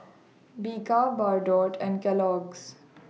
Bika Bardot and Kellogg's